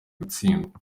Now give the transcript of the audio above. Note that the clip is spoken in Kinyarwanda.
gutsindwa